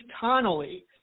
Connolly